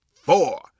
four